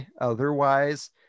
otherwise